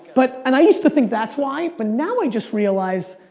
but and i used to think that's why, but now i just realize,